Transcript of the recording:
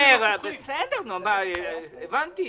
בסדר, הבנתי.